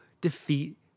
defeat